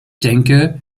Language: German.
denke